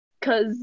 Cause